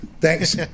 Thanks